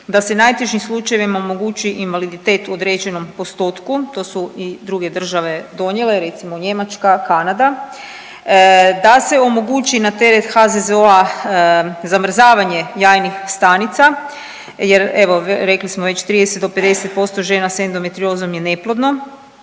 da se najtežim slučajevima omogući invaliditet u određenom postotku to su i druge države donijele, recimo Njemačka, Kanada, da se omogući na teret HZZO-a zamrzavanje jajnih stanica jer evo, rekli smo već, 30 do 50% žena s endometriozom je neplodno,